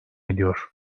ediyor